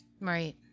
Right